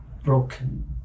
Broken